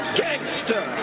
gangster